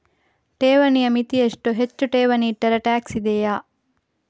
ಠೇವಣಿಯ ಮಿತಿ ಎಷ್ಟು, ಹೆಚ್ಚು ಠೇವಣಿ ಇಟ್ಟರೆ ಟ್ಯಾಕ್ಸ್ ಇದೆಯಾ?